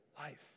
life